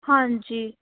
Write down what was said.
ਹਾਂਜੀ